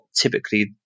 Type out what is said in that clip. typically